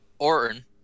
Orton